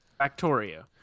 Factorio